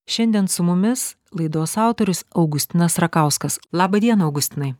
šiandien su mumis laidos autorius augustinas rakauskas laba diena augustinai